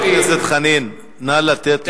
חבר הכנסת חנין, נא לתת לסגן השר להשיב.